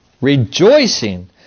rejoicing